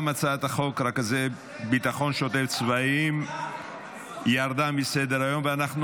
גם הצעת חוק רכזי ביטחון שוטף צבאיים ירדה מסדר-היום.